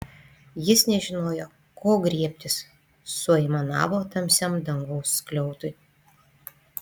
ji nežinojo ko griebtis suaimanavo tamsiam dangaus skliautui